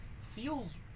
feels